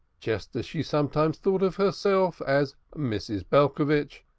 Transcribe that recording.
just as she sometimes thought of herself as mrs. belcovitch,